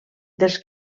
dels